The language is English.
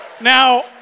Now